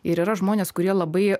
ir yra žmonės kurie labai